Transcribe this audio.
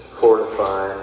fortify